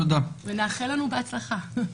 נאחל לנו בהצלחה.